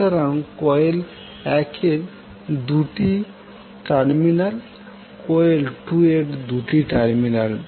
সুতরাং কয়েল 1 এর দুটি টার্মিনাল এবং কয়েল 2 এর দুটি টার্মিনাল